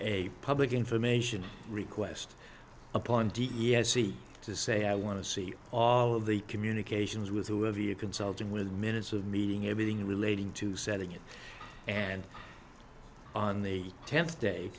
a public information request upon d e s c to say i want to see all of the communications with who have you consulting with the minutes of meeting everything relating to setting it and on the tenth day